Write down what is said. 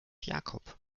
jakob